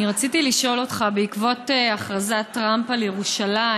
רציתי לשאול אותך בעקבות הכרזת טראמפ על ירושלים.